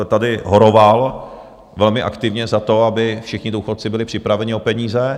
Tady horoval velmi aktivně za to, aby všichni důchodci byli připraveni o peníze.